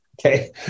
Okay